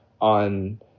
on